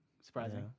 Surprising